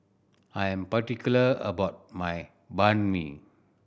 I am particular about my Banh Mi